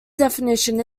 definition